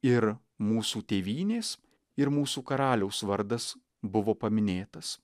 ir mūsų tėvynės ir mūsų karaliaus vardas buvo paminėtas